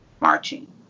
marching